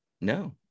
No